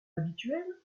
habituel